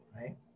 right